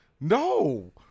No